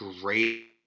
great